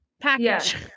package